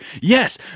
Yes